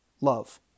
love